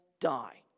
die